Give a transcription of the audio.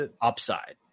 upside